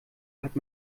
hat